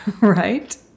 right